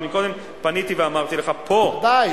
קודם פניתי ואמרתי לך: פה, ודאי.